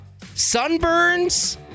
Sunburns